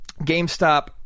GameStop